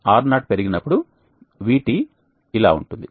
R0 పెరిగినప్పుడు VT ఇలా ఉంటుంది